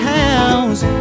house